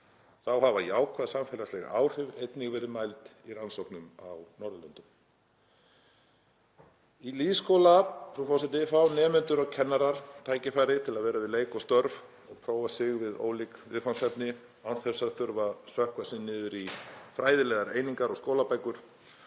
Þá hafa jákvæð samfélagsleg áhrif einnig verið mæld í rannsóknum á Norðurlöndum.“ Í lýðskóla, frú forseti, fá nemendur og kennarar tækifæri til að vera við leik og störf, prófa sig við ólík viðfangsefni án þess að þurfa að sökkva sér niður í fræðilegar einingar og skólabækur.